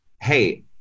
hey